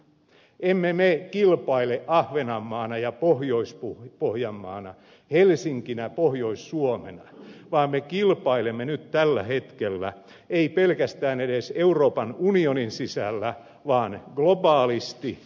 emme me kilpaile ahvenanmaana ja pohjois pohjanmaana helsinkinä pohjois suomena vaan me kilpailemme nyt tällä hetkellä emme pelkästään edes euroopan unionin sisällä vaan globaalisti